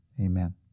amen